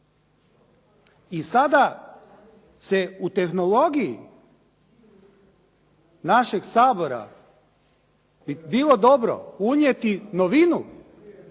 I sada se u tehnologiji našeg Sabora bi bilo dobro unijeti novinu